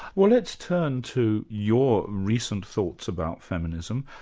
well, let's turn to your recent thoughts about feminism.